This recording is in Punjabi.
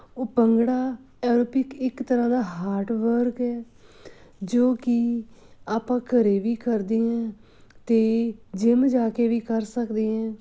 ਉਹ ਭੰਗੜਾ ਐਰੋਪਿਕ ਇੱਕ ਤਰ੍ਹਾਂ ਦਾ ਹਾਰਟ ਵਰਕ ਹੈ ਜੋ ਕਿ ਆਪਾਂ ਘਰ ਵੀ ਕਰਦੇ ਹਾਂ ਅਤੇ ਜਿਮ ਜਾ ਕੇ ਵੀ ਕਰ ਸਕਦੇ ਹੈ